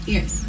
Yes